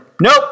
nope